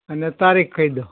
અને તારીખ કહી દો